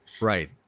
Right